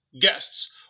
guests